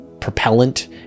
propellant